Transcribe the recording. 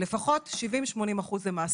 לפחות 70%-80% הם מעסיקים.